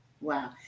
Wow